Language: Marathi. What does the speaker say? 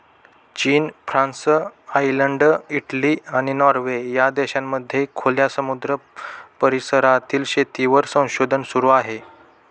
चीन, फ्रान्स, आयर्लंड, इटली, आणि नॉर्वे या देशांमध्ये खुल्या समुद्र परिसरातील शेतीवर संशोधन सुरू आहे